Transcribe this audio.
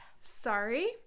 sorry